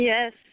Yes